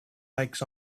hikes